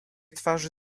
twarzy